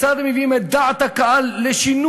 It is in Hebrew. כיצד הם מביאים את דעת הקהל לשינוי